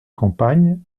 campagne